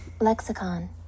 Lexicon